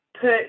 put